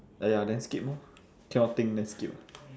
!aiya! then skip orh cannot think then skip